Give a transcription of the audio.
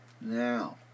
Now